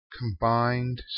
combined